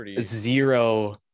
zero